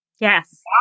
Yes